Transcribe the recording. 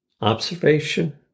observation